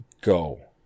go